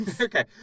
Okay